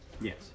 Yes